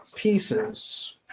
pieces